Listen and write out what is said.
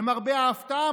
למרבה ההפתעה,